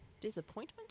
Disappointment